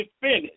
finished